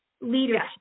leadership